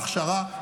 הכשרה,